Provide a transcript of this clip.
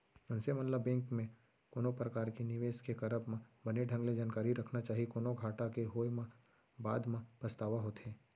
मनसे मन ल बेंक म कोनो परकार के निवेस के करब म बने ढंग ले जानकारी रखना चाही, कोनो घाटा के होय म बाद म पछतावा होथे